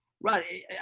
Right